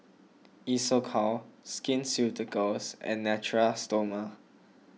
Isocal Skin Ceuticals and Natura Stoma